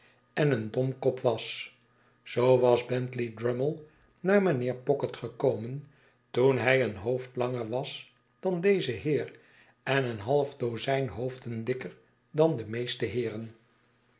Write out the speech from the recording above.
en een domkop was zoo was bentley drummle naar mijnheer pocket gekomen toen hij een hoofd langer was dan deze heer en een half dozijn hoofden dikker dan de meeste heeren